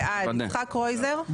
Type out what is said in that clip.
יצחק קרויזר.